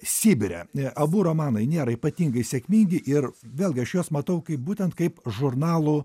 sibire abu romanai nėra ypatingai sėkmingi ir vėlgi aš juos matau kaip būtent kaip žurnalų